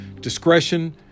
discretion